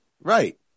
Right